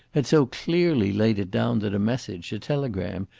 had so clearly laid it down that a message, a telegram,